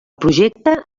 projecte